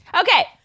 Okay